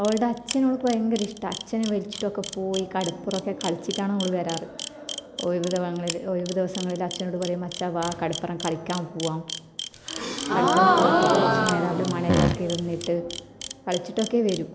അവളുടെ അച്ഛനെ അവൾക്ക് ഭയങ്കരിഷ്ടാ അച്ഛനെ വലിചിട്ടൊക്കെ പോയി കടപ്പുറമൊക്കേ കളിച്ചിട്ടാണവൾ വരാറ് ഒഴിവു ദിവങ്ങളിൽ ഒഴിവു ദിവസങ്ങളിൽ അച്ഛനോട് പറയും അച്ഛാ വാ കടപ്പുറം കളിക്കാം പോകാം കടപ്പുറം പോയിട്ട് കുറച്ച് നേരം അവിടെ മണലിലൊക്കെയിരുന്നിട്ട് കളിച്ചിട്ടൊക്കെ വരൂ